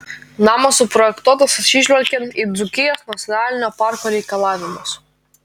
namas suprojektuotas atsižvelgiant į dzūkijos nacionalinio parko reikalavimus